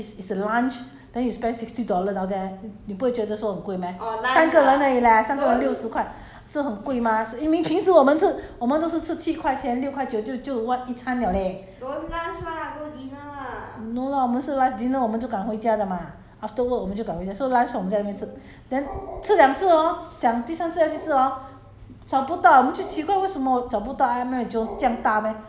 no but it's still expensive [what] it's a it's you know it's a meal then it's a it's a lunch then you spend sixty dollars down there 你不会觉得说很贵 meh 三个人而已 leh 三个人六十块是很贵 mah 是因为平时我们是我们都是吃七块钱六块九就就 what 一餐 liao leh 我们是 lunch dinner 我们就赶回家的 mah after work 我们就赶回家 so lunch time 我们在这边吃 then 吃两次 hor 想第三次再去吃 hor